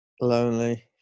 lonely